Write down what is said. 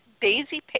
Daisy